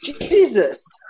Jesus